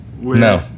No